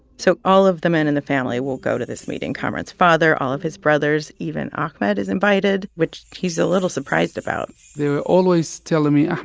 so all of the men in the family will go to this meeting kamaran's father, all of his brothers, even ahmed is invited, which he's a little surprised about they're always telling me,